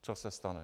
Co se stane?